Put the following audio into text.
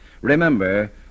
Remember